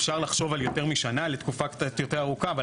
אפשר לחשוב על יותר משנה, לתקופה קצת יותר ארוכה.